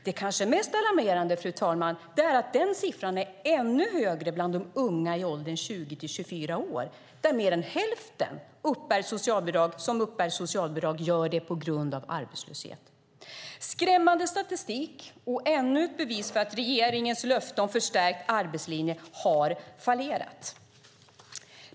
Det kanske mest alarmerande, fru talman, är att den siffran är ännu högre bland unga i åldern 20-24 år, där mer än hälften av dem som uppbär socialbidrag gör det på grund av arbetslöshet. Detta är skrämmande statistik och ännu ett bevis för att regeringens löfte om förstärkt arbetslinje har fallerat.